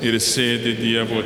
ir sėdi dievo